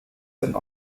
den